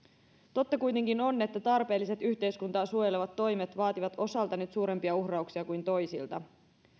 totta kuitenkin on että tarpeelliset yhteiskuntaa suojelevat toimet vaativat osalta nyt suurempia uhrauksia kuin toisilta